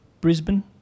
Brisbane